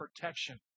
protection